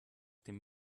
dem